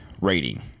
rating